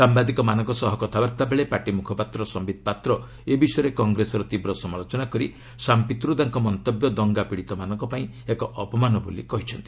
ସାମ୍ବାଦିକମାନଙ୍କ ସହ କଥାବାର୍ଭା ବେଳେ ପାର୍ଟି ମୁଖପାତ୍ର ସମ୍ଭିତ ପାତ୍ର ଏ ବିଷୟରେ କଂଗ୍ରେସର ତୀବ୍ର ସମାଲୋଚନା କରି ସାମ୍ ପିତ୍ରୋଦାଙ୍କ ମନ୍ତବ୍ୟ ଦଙ୍ଗାପିଡ଼ିତମାନଙ୍କ ପାଇଁ ଏକ ଅପମାନ ବୋଲି କହିଛନ୍ତି